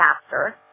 faster